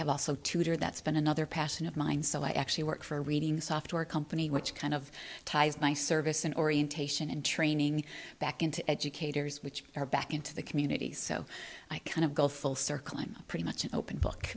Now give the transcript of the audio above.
have also tutor that's been another passion of mine so i actually work for a reading software company which kind of ties my service and orientation and training back into educators which are back into the community so i kind of go full circle i'm pretty much an open book